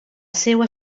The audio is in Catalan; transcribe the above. seua